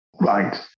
Right